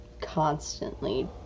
constantly